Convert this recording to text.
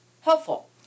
Helpful